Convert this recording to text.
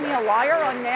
a liar on